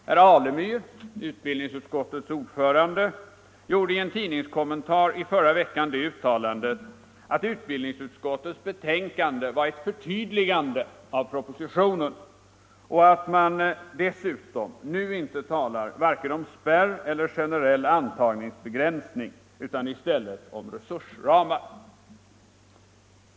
Herr Alemyr, utbildningsutskottets ordförande, gjorde i en tidningskommentar i förra veckan det uttalandet att utbildningsutskottets betänkande var ett förtydligande av propositionen och att man dessutom nu inte talar vare sig om spärr eller generell antagningsbegränsning utan i stället om resursramar.